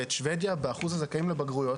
ואת שבדיה באחוז הזכאים לבגרויות,